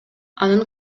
анын